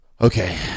okay